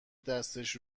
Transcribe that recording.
دستش